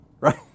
right